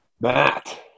Matt